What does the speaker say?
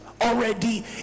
already